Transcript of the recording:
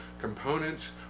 components